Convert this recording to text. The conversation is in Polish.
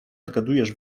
odgadujesz